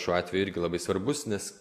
šiuo atveju irgi labai svarbus nes